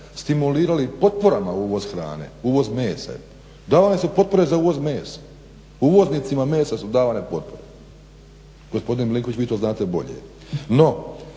stimulirali potporama uvoz hrane, uvoz mesa, davane su potpore za uvoz mesa, uvoznicima mesa su davane potpore. Gospodine Milinković vi to znate bolje.